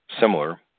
similar